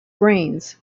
grains